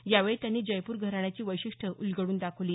यावेळी त्यांनी जयप्र घराण्याची वैशिष्ट्यं उलगडून दाखवली